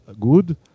good